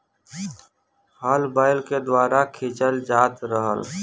हल बैल के द्वारा खिंचल जात रहल